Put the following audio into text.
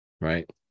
right